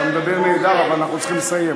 אתה מדבר נהדר, אבל אנחנו צריכים לסיים.